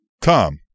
Tom